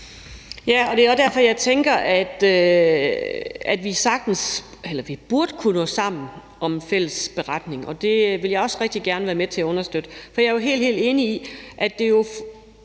Ja, og det er også derfor, jeg tænker, at vi sagtens eller i hvert fald burde kunne gå sammen om en fælles beretning, og det vil jeg også rigtig gerne være med til at understøtte. For jeg er jo helt, helt enig i, at det er